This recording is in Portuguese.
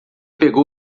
pegou